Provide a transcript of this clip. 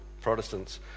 Protestants